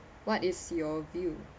what is your view